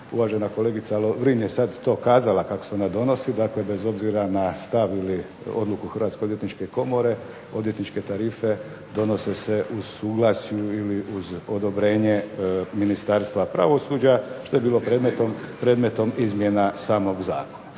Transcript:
Uvažena kolegica Lovrin je sad to kazala kako se ona donosi, dakle bez obzira na stav ili odluku Hrvatske odvjetničke komore, odvjetničke tarife donose se u suglasju ili uz odobrenje Ministarstva pravosuđa, što je bilo predmetom izmjena samog zakona.